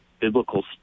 biblical